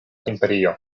imperio